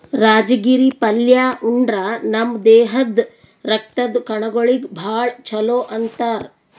ರಾಜಗಿರಿ ಪಲ್ಯಾ ಉಂಡ್ರ ನಮ್ ದೇಹದ್ದ್ ರಕ್ತದ್ ಕಣಗೊಳಿಗ್ ಭಾಳ್ ಛಲೋ ಅಂತಾರ್